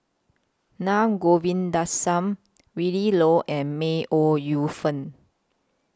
Naa Govindasamy Willin Low and May Ooi Yu Fen